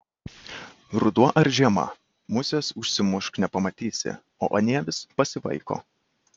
ruduo ar žiema musės užsimušk nepamatysi o anie vis pasivaiko